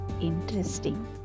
interesting